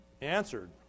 answered